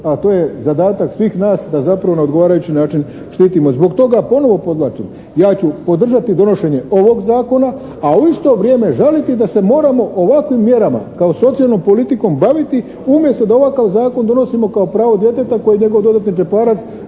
a to je zadatak svih nas da zapravo na odgovarajući način štitimo. Zbog toga ponovo podvlačim. Ja ću podržati donošenje ovog zakona, a u isto vrijeme žaliti da se moramo ovakvim mjerama kao socijalnom politikom baviti umjesto da ovakav zakon donosimo kao pravo djeteta koji njegov dodatni džeparac